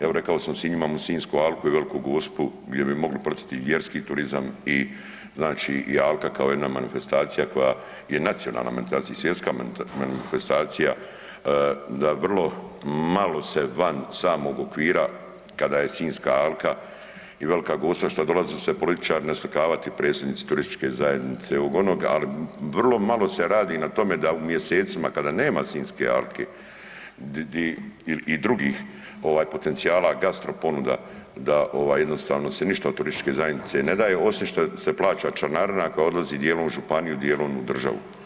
Evo rekao sam imamo Sinjsku alku i Veliku Gospu gdje bi mogli poticati vjerski turizam i Alka kao jedna manifestacija koja je nacionalna i svjetska manifestacija da vrlo malo se van samog okvira kada je Sinjska alka i Velika Gospa što dolaze se političari naslikavati i predsjednici turističke zajednice ovog, onog, ali vrlo malo se radi na tome da u mjesecima kada nema Sinjske alke i drugih potencijala gastro ponuda da jednostavno se od turističke zajednice ne daje osim što se plaća članarina koja odlazi dijelom županiji, dijelom u državu.